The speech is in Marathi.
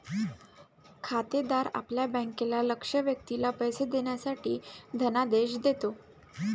खातेदार आपल्या बँकेला लक्ष्य व्यक्तीला पैसे देण्यासाठी धनादेश देतो